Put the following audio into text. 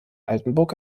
altenburg